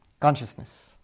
Consciousness